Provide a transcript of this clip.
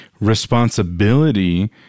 Responsibility